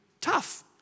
tough